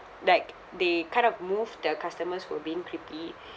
like they kind of move the customers who're being creepy